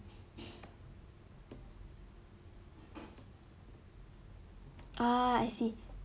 uh I see